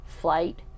flight